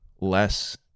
less